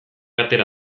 atera